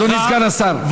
אדוני סגן השר,